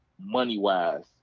money-wise